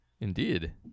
Indeed